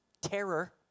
Terror